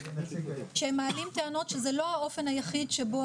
הם מעלים טענות שזה לא האופן היחיד שבו